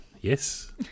Yes